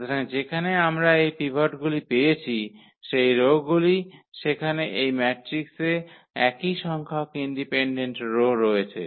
সুতরাং যেখানে আমরা এই পিভটগুলি পেয়েছি সেই রোগুলি সেখানে এই ম্যাট্রিক্সে একই সংখ্যক ইন্ডিপেন্ডেন্ট রো রয়েছে